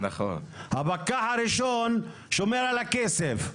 הפקח הראשון שומר על הכסף,